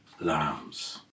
lambs